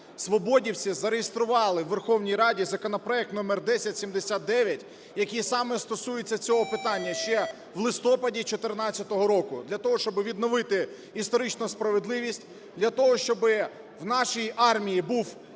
свободівці зареєстрували в Верховній Раді законопроект номер 1079, який саме стосується цього питання, ще в листопаді 14-го року для того, щоб відновити історичну справедливість, для того, щоб в нашій армії був абсолютний